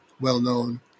well-known